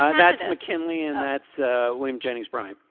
ah that's mckinley and that's ah where um jennings bryan.